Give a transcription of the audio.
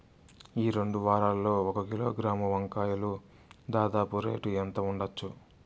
ఈ రెండు వారాల్లో ఒక కిలోగ్రాము వంకాయలు దాదాపు రేటు ఎంత ఉండచ్చు?